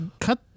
cut